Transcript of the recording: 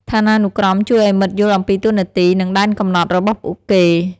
ឋានានុក្រមជួយឱ្យមិត្តយល់អំពីតួនាទី និងដែនកំណត់របស់ពួកគេ។